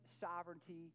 sovereignty